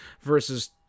versus